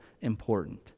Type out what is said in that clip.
important